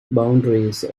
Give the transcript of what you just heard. boundaries